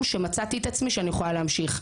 שמצאתי את עצמי שאני יכולה להמשיך,